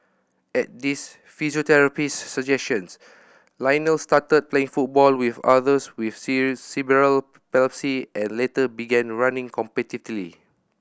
at his physiotherapist's suggestion Lionel started playing football with others with cerebral palsy and later began running competitively